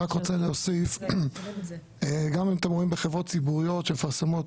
אני רק רוצה להוסיף גם אם אתם רואים בחברות ציבוריות שמפרסמות,